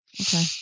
Okay